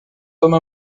comme